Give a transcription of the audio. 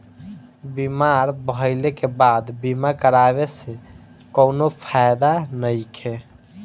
बीमार भइले के बाद बीमा करावे से कउनो फायदा नइखे